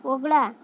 वगळा